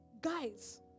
Guys